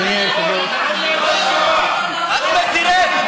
היושבת-ראש, אחמד, תרד,